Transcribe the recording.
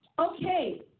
Okay